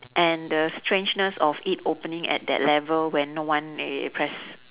and the strangeness of it opening at that level when no one uh press